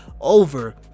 over